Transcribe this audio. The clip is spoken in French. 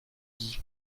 dis